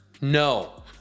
No